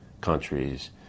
countries